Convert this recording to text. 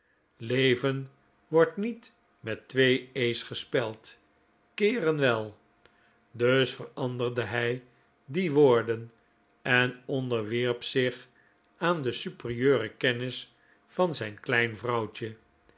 leven wordt niet met twee e'sgespeld keeren wel dus veranderde hij die woorden en onderwierp zich aan de superieure kennis van zijn klein vrouwtje